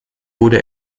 wurde